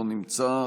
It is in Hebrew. לא נמצא,